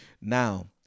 Now